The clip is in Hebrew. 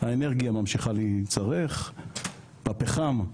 האנרגיה ממשיכה להיצרך, הפחם,